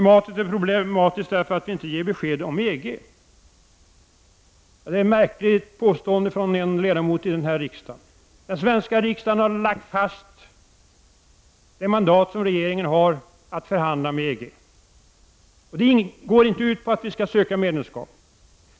Det är problematiskt därför att vi inte ger besked om EG. Detta är ett märkligt påstående från en ledamot i den här riksdagen. Den svenska riksdagen har lagt fast det mandat som regeringen har när det gäller att förhandla med EG. Det går inte ut på att vi skall söka medlemskap.